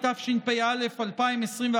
התשפ"א 2021,